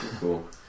Cool